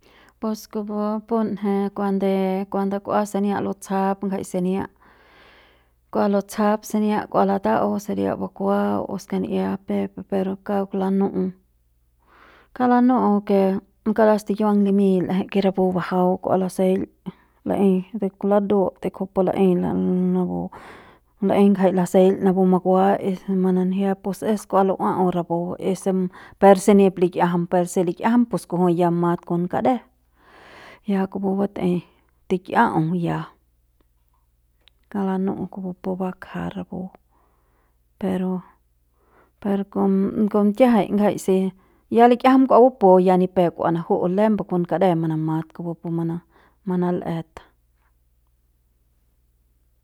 Pus kupu punje kuande cuando k'ua sania lutsjap ngjai sania kua lutsja sania kua lata'au saria bukua o skani'ia pep pero kauk lanu'u kauk lanu'u ke kara stikiuang l'eje ke rapu bajau k'ua laseil laein ladut kujupu laei napu laei ngjai laseil napu mukua y si mananjiap pus es kua lu'ua'au rapu y si per si ni likiajam y si likiajam kujui ya mat kon kade ya kupu bat'ei tikia'au ya kauk lanu'u kupu bakja rapu pero per kon kon kiajai ngjai si ya likiajam kua bupu ya ni pep kua naju'u lembu kon kade manamat kupu pu manal'et.